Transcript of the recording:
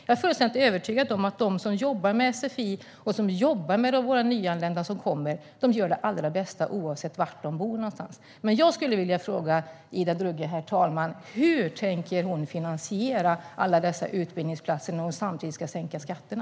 Jag är fullständigt övertygad om att de som jobbar med sfi och med de nyanlända som kommer gör sitt allra bästa oavsett var de bor någonstans. Herr talman! Jag skulle vilja fråga Ida Drougge hur hon tänker finansiera alla dessa utbildningsplatser när hon samtidigt ska sänka skatterna.